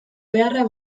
beharra